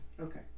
okay